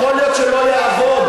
יכול להיות שלא יעבוד.